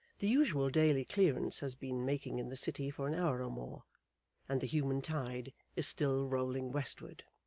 the usual daily clearance has been making in the city for an hour or more and the human tide is still rolling westward.